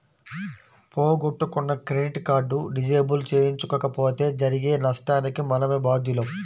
పోగొట్టుకున్న credit card disable చేయించకపోతే జరిగే నష్టానికి మనమే బాధ్యులం